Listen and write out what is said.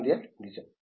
సంధ్య నిజం